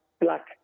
black